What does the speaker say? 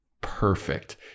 perfect